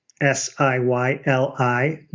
S-I-Y-L-I